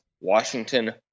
Washington